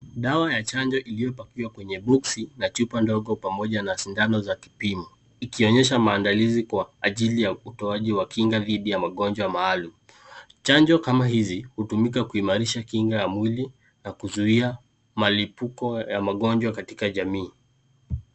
Dawa ya chanjo iliyo pakiwa kwenye boxi, na chupa ndogo pamoja na sindano za kipimo, ikionyesha maandalizi kwa, ajili ya utoaji wa kinga dithi ya magonjwa maalum, chanjo kama hizi, hutumika kuimarisha kinga ya mwili, na kuzuia malipuko ya magonjwa katika jamii.